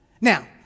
Now